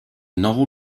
novel